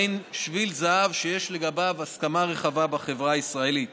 מעין שביל זהב שיש לגביו הסכמה רחבה בחברה הישראלית